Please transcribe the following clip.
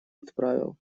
отправил